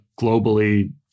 globally